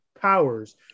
powers